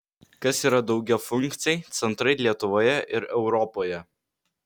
kas yra daugiafunkciai centrai lietuvoje ir europoje